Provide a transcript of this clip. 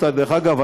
דרך אגב,